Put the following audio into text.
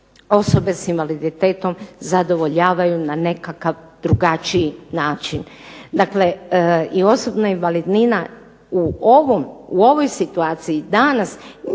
osobe s invaliditetom zadovoljavaju na nekakav drugačiji način. Dakle, i osobna invalidnina u ovoj situaciji danas